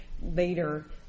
later